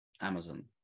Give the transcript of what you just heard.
Amazon